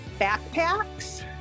backpacks